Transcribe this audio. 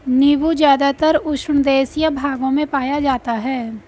नीबू ज़्यादातर उष्णदेशीय भागों में पाया जाता है